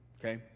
Okay